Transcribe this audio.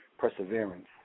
perseverance